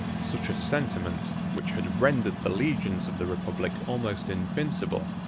such a sentiment, which had rendered the legions of the republic almost invincible,